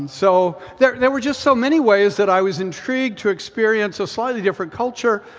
so there there were just so many ways that i was intrigued to experience a slightly different culture,